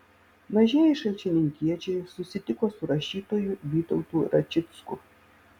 mažieji šalčininkiečiai susitiko su rašytoju vytautu račicku